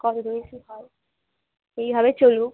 কতো দূর কী হয় এইভাবে চলুক